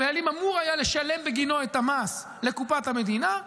הבעלים אמור היה לשלם בגינו את המס לקופת המדינה,